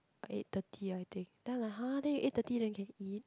eight thirty I think then like !huh! then you eight thirty then can eat